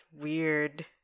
weird